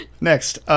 Next